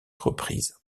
reprises